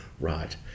right